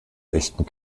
echten